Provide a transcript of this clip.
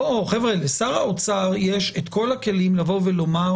לשר האוצר יש את כל הכלים לבוא ולומר: